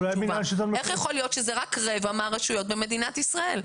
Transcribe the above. איך יכול להיות שזה רק רבע מהרשויות במדינת ישראל?